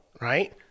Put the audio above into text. right